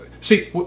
See